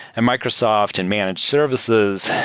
and microsoft, and manage services,